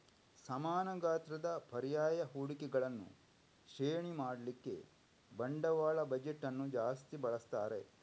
ಸಮಾನ ಗಾತ್ರದ ಪರ್ಯಾಯ ಹೂಡಿಕೆಗಳನ್ನ ಶ್ರೇಣಿ ಮಾಡ್ಲಿಕ್ಕೆ ಬಂಡವಾಳ ಬಜೆಟ್ ಅನ್ನು ಜಾಸ್ತಿ ಬಳಸ್ತಾರೆ